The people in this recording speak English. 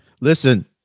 Listen